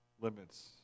limits